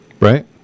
Right